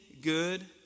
good